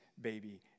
baby